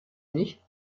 nicht